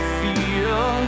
feel